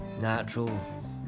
Natural